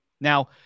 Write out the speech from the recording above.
Now